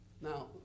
Now